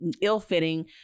ill-fitting